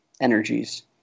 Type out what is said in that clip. energies